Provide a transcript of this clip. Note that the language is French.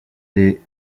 les